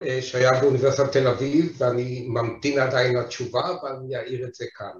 שהיה באוניברסיטת תל אביב, ואני ממתין עדיין לתשובה, ואני אעיר את זה כאן.